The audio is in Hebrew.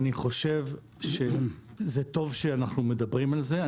אני חושב שטוב שאנחנו מדברים על זה.